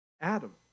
Adam